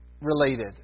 related